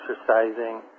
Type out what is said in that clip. exercising